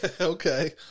okay